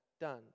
done